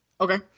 Okay